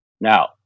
Now